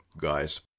guys